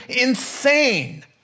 insane